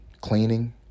cleaning